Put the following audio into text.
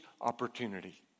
opportunity